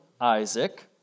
Isaac